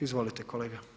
Izvolite kolega.